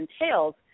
entails